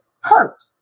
hurt